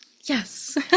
Yes